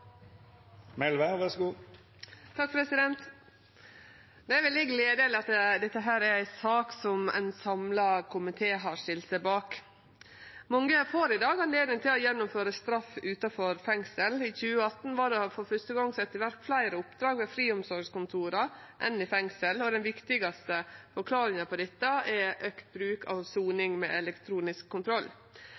at dette er ei sak som ein samla komité har stilt seg bak. Mange får i dag anledning til å gjennomføre straff utanfor fengsel. I 2018 var det for fyrste gong sett i verk fleire oppdrag ved friomsorgskontora enn i fengsel, og den viktigaste forklaringa på dette er auka bruk av soning med elektronisk kontroll.